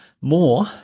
more